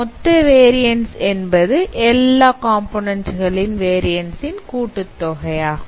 மொத்த வேரியன்ஸ் என்பது எல்லா காம்போநன்ண்ட் களின் வேரியன்ஸ் ன் கூட்டுத்தொகையாகும்